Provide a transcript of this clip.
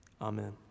Amen